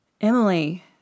Emily